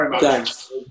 Thanks